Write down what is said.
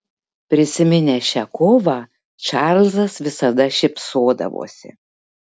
prisiminęs šią kovą čarlzas visada šypsodavosi